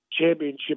championship